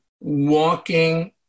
walking